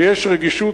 ויש רגישות,